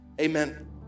Amen